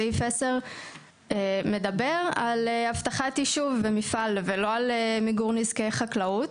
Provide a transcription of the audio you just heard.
סעיף 10 מדבר על אבטחת יישוב ומפעל ולא על מיגור נזקי חקלאות,